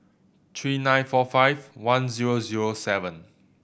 three nine four five one zero zero seven